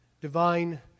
divine